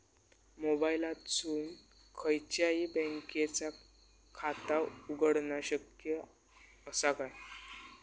मोबाईलातसून खयच्याई बँकेचा खाता उघडणा शक्य असा काय?